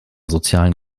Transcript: sozialen